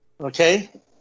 okay